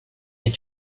est